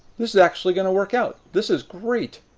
this is actually going to work out! this is great!